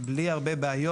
מצד שני,